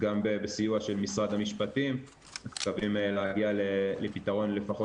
גם בסיוע של משרד המשפטים אנחנו מקווים להגיע לפתרון לפחות